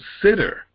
consider